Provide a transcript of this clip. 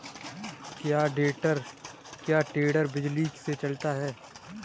क्या टेडर बिजली से चलता है?